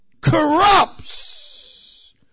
corrupts